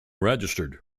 registered